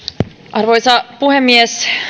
arvoisa puhemies